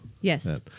Yes